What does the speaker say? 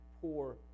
poor